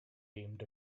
deemed